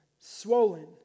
swollen